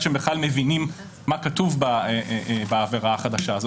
שהם בכלל מבינים מה כתוב בעבירה החדשה הזאת.